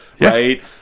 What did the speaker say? right